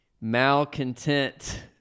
malcontent